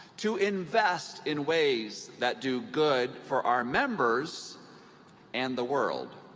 to invest in ways that do good for our members and the world,